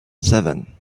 seven